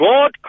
God